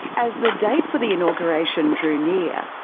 as the date for the inauguration drew near,